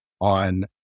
on